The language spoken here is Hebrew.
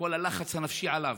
את כל הלחץ הנפשי עליו,